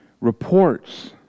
reports